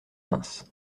reims